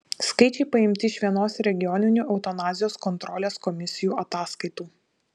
skaičiai paimti iš vienos regioninių eutanazijos kontrolės komisijų ataskaitų